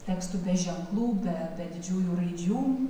tekstų be ženklų be be didžiųjų raidžių